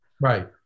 Right